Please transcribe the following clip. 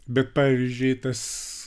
bet pavyzdžiui tas